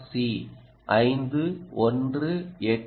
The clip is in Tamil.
C 51822 S